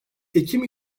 ekim